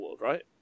right